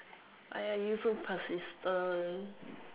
why are you so persistent